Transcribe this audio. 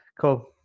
Cool